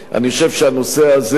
הנושא הזה,